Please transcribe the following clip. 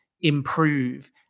improve